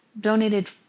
donated